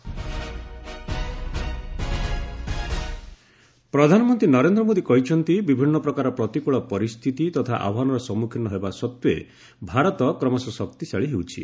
PM ପ୍ରଧାନମନ୍ତ୍ରୀ ନରେନ୍ଦ୍ର ମୋଦୀ କହିଛନ୍ତି ବିଭିନ୍ନ ପ୍ରକାର ପ୍ରତିକୂଳ ପରିସ୍ଥିତି ତଥା ଆହ୍ପାନର ସମ୍ମୁଖୀନ ହେବା ସତ୍ତ୍ୱେ ଭାରତ କ୍ରମଶଃ ଶକ୍ତିଶାଳୀ ହେଉଛି